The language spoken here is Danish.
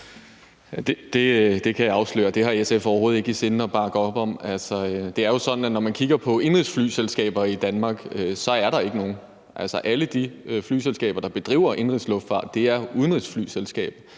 Det kan jeg afsløre at SF overhovedet ikke har i sinde at bakke op om. Det er jo sådan, at hvad angår indenrigsflyselskaber, så er der ikke nogen i Danmark. Alle de flyselskaber, der bedriver indenrigsluftfart, er udenrigsflyselskaber.